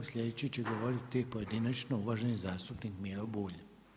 Sljedeći će govoriti pojedinačno uvaženi zastupnik Miro Bulj.